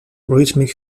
rhythmic